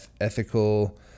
ethical